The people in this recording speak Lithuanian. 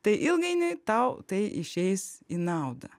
tai ilgainiui tau tai išeis į naudą